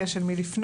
יש אל מי לפנות.